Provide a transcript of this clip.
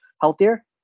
healthier